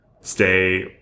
stay